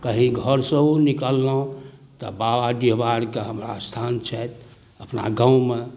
कहीँ घरसँ निकललहुँ तऽ बाबा डिहबारके हमरा अस्थान छथि अपना गाममे